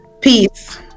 peace